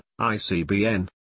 ICBN